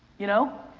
you know?